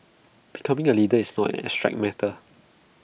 becoming A leader is not an abstract matter